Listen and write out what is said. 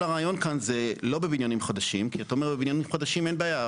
לא מדובר על בניינים חדשים, שבהם הרי אין בעיה.